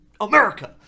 America